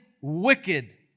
wicked